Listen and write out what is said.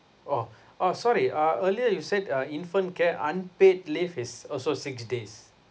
oh oh sorry uh earlier you said uh infant care unpaid leave is also six days